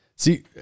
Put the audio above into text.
See